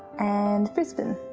and brisbane.